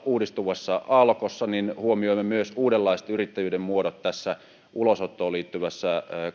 uudistuvassa yrittäjyyden aallokossa huomioimme myös uudenlaiset yrittäjyyden muodot tässä ulosottoon liittyvässä